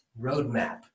roadmap